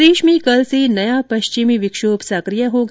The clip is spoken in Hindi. प्रदेश में कल से नया पश्चिमी विक्षोम सक्रिय होगा